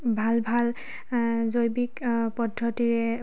ভাল ভাল জৈৱিক পদ্ধতিৰে